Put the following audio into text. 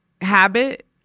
habit